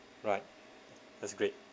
right that's great